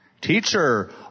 teacher